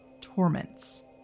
torments